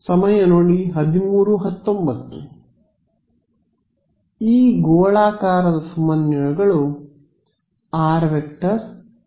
ವಿದ್ಯಾರ್ಥಿ ಈ ಗೋಳಾಕಾರದ ಸಮನ್ವಯಗಳು rˆ ϕˆ θ